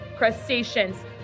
crustaceans